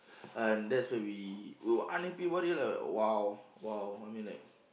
and that's when we were unhappy about it lah !wow! !wow! I mean like